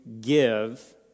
give